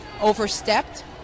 overstepped